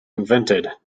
invented